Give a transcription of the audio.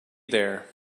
there